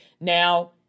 Now